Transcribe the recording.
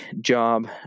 job